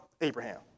Abraham